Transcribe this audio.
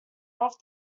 off